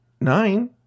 nine